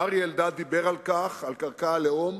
ואריה אלדד דיבר על כך, על קרקע הלאום